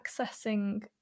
accessing